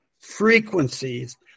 frequencies